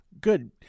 Good